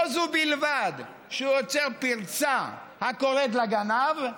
לא זו בלבד שהוא יוצר פרצה הקוראת לגנב,